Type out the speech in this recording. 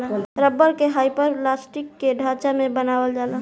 rubber के hyperelastic के ढांचा में बनावल जाला